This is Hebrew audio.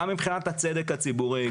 גם מבחינת הצדק הציבורי,